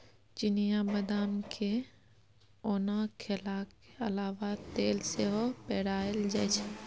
चिनियाँ बदाम केँ ओना खेलाक अलाबा तेल सेहो पेराएल जाइ छै